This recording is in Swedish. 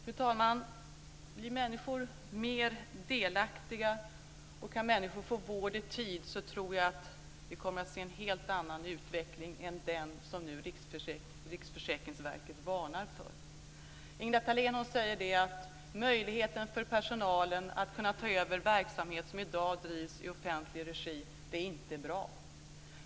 Fru talman! Blir människor mer delaktiga, och kan människor få vård i tid, tror jag att vi kommer att se en helt annan utveckling än den som nu Riksförsäkringsverket varnar för. Ingela Thalén säger att det inte är bra att personal har möjlighet att ta över verksamhet som i dag drivs i offentlig regi.